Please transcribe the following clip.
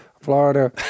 Florida